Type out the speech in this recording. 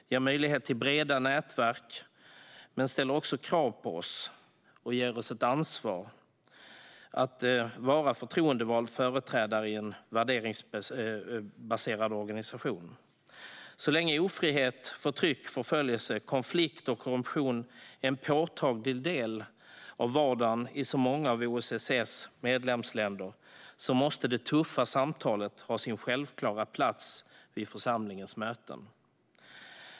Det ger möjlighet till breda nätverk men ställer också krav på oss och ger oss ett ansvar som förtroendevalda företrädare i en värderingsbaserad organisation. Så länge ofrihet, förtryck, förföljelse, konflikt och korruption är en påtaglig del av vardagen i så många av OSSE:s medlemsländer måste det tuffa samtalet ha sin självklara plats vid församlingens möten.